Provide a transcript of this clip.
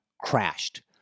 crashed